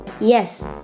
Yes